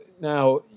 now